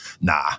nah